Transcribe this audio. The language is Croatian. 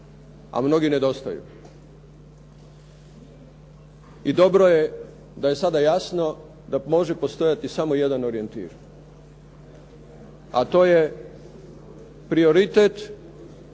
a mnogi nedostaju. I dobro je da je sada jasno da može postojati samo jedan orijentir a to je prioritet